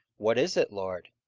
what is it, lord?